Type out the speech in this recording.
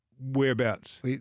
Whereabouts